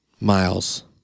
miles